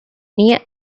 near